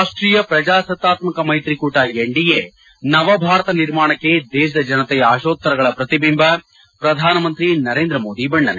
ರಾಷ್ಟೀಯ ಪ್ರಜಾಸತ್ತಾತ್ಮಕ ಮೈತ್ರಿಕೂಟ ಎನ್ದಿಎ ನವ ಭಾರತ ನಿರ್ಮಾಣಕ್ಕೆ ದೇಶದ ಜನತೆಯ ಆಶೋತ್ತರಗಳ ಪ್ರತಿಬಿಂಬ ಪ್ರಧಾನ ಮಂತ್ರಿ ನರೇಂದ್ರ ಮೋದಿ ಬಣ್ಣನೆ